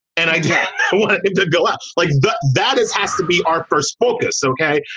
and i want to go out like. but that is has to be our first focus. ok.